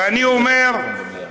ואני אומר,